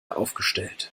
aufgestellt